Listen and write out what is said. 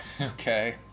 okay